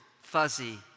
fuzzy